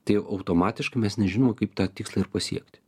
tai automatiškai mes nežinome kaip tą tikslą ir pasiekti